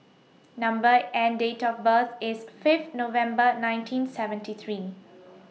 Number and Date of birth IS Fifth November nineteen seventy three